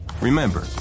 Remember